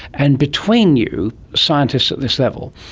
and between you, scientists at this level,